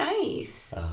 nice